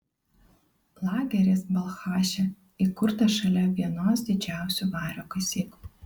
lageris balchaše įkurtas šalia vienos didžiausių vario kasyklų